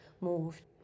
moved